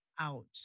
out